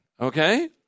okay